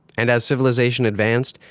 and as civilization advanced,